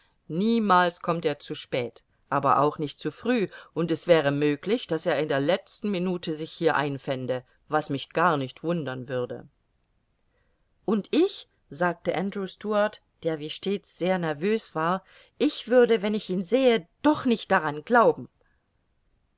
niemals kommt er zu spät aber auch nicht zu früh und es wäre möglich daß er in der letzten minute sich hier einfände was mich gar nicht wundern würde und ich sagte andrew stuart der wie stets sehr nervös war ich würde wenn ich ihn sähe doch nicht daran glauben